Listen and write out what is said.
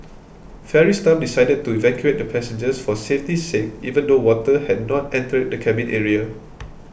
ferry staff decided to evacuate the passengers for safety's sake even though water had not entered the cabin area